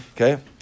Okay